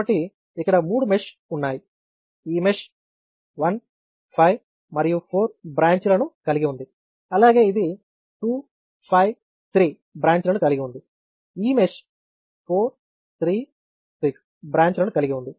కాబట్టి ఇక్కడ మూడు మెష్ ఉన్నాయి ఈ మెష్ 1 5 మరియు 4 బ్రాంచ్ లను కలిగి ఉంది అలాగే ఇది 2 5 3 బ్రాంచ్ లను కలిగి ఉంది ఈ మెష్ 4 3 6 బ్రాంచ్ లను కలిగి ఉంది